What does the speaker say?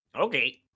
Okay